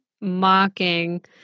mocking